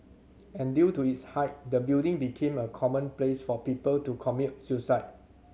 and due to its height the building became a common place for people to commit suicide